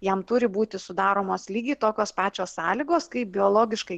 jam turi būti sudaromos lygiai tokios pačios sąlygos kaip biologiškai